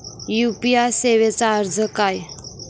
UPI सेवेचा अर्थ काय?